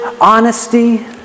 honesty